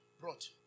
brought